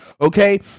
okay